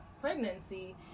pregnancy